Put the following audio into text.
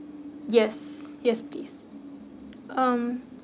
yes yes please um